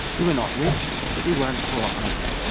we were not rich, but we weren't poor either.